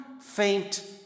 faint